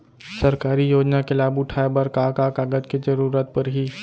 सरकारी योजना के लाभ उठाए बर का का कागज के जरूरत परही